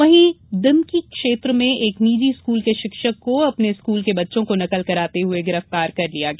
वहीं दिमनी क्षेत्र में एक निजी स्कूल के शिक्षक को अपने स्कूल के बच्चों को नकल कराते हुए गिरफ्तार कर लिया गया